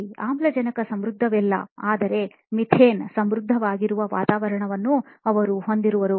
ಅಲ್ಲಿ ಆಮ್ಲಜನಕ ಸಮೃದ್ಧವಿಲ್ಲ ಆದರೆ ಮೀಥೇನ್ ಸಮೃದ್ಧವಾಗಿರುವ ವಾತಾವರಣವನ್ನು ಅವರು ಹೊಂದಿರುವರು